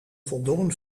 voldongen